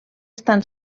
estan